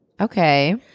Okay